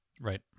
Right